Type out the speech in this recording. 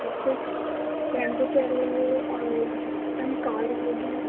آپ کو tempo chair لے اور میم کار ہوگی